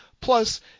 Plus